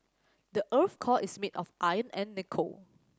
the earth's core is made of iron and nickel